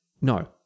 No